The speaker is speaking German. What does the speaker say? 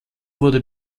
wurde